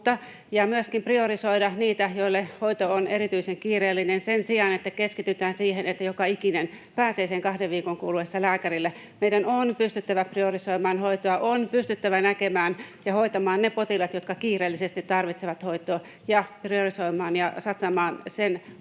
myöskin priorisoida niitä, joille hoito on erityisen kiireellinen, sen sijaan, että keskitytään siihen, että joka ikinen pääsee sen kahden viikon kuluessa lääkärille. Meidän on pystyttävä priorisoimaan hoitoa, on pystyttävä näkemään ja hoitamaan ne potilaat, jotka kiireellisesti tarvitsevat hoitoa ja priorisoimaan ja satsaamaan sen hoidon